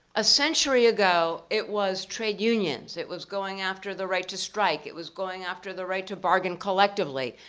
a century ago it was trade unions. it was going after the right to strike. it was going after the right to bargain collectively.